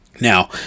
Now